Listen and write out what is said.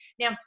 Now